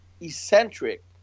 eccentric